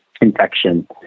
infection